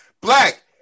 Black